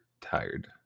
tired